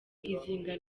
izinga